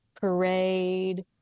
parade